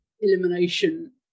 elimination